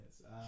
Yes